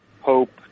hope